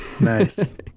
Nice